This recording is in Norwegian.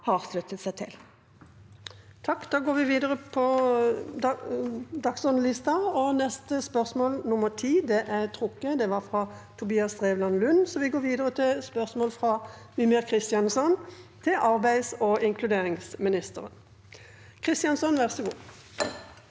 har sluttet seg til.